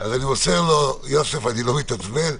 אני מוסר לו: יוסף, אני לא מתעצבן.